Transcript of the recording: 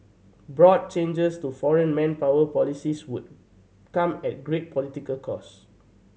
broad changes to foreign manpower policies would come at great political cost